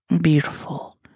beautiful